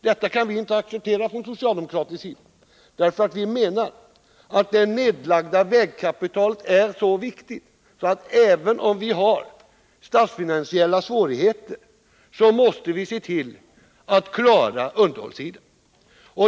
Detta kan vi inte acceptera på socialdemokratiskt håll, eftersom vi anser att det nedlagda vägkapitalet är så viktigt att vi, även om vi har statsfinansiella svårigheter, måste se till att vi kan klara underhållssidan.